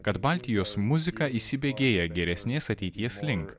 kad baltijos muzika įsibėgėja geresnės ateities link